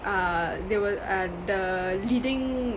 err they were err the leading